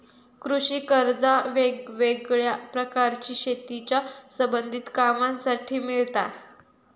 कृषि कर्जा वेगवेगळ्या प्रकारची शेतीच्या संबधित कामांसाठी मिळता